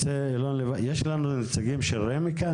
יש נציג של רמ"י בדיון?